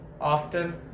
often